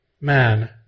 man